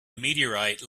meteorite